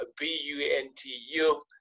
b-u-n-t-u